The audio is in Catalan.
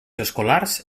escolars